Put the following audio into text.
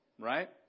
right